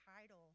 title